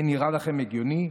זה נראה לכם הגיוני?